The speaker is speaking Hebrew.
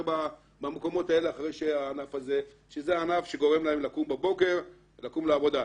במקומות האלה כאשר זה ענף שגורם להם לקום בבוקר לעבודה?